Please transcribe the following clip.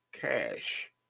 cash